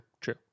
true